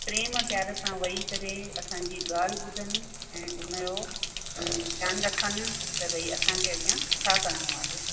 प्रेम प्यार सां वेही करे असांजी ॻाल्हि ॿुधनि ऐं उन जो ध्यानु रखनि त ॿई असांखे अॻियां छा करिणो आहे